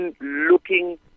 looking